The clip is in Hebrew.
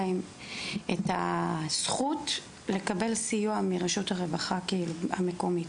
להם הזכות לקבל סיוע מרשות הרווחה המקומית?